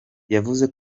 yavuze